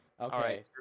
Okay